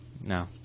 No